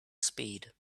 speed